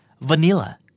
vanilla